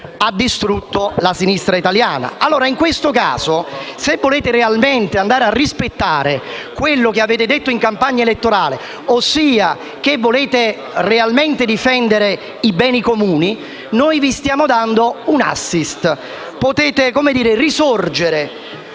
ha distrutto la sinistra italiana. In questo caso, se volete rispettare quello che avete detto in campagna elettorale, ossia che volete realmente difendere i beni comuni, noi vi stiamo dando un *assist*. Potete, come